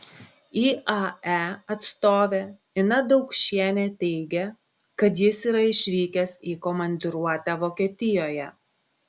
iae atstovė ina daukšienė teigė kad jis yra išvykęs į komandiruotę vokietijoje